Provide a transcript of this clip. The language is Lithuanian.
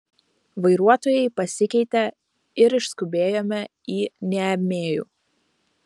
vairuotojai pasikeitė ir išskubėjome į niamėjų